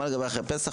מה לגבי אחרי פסח?